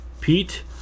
Pete